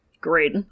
Great